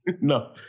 No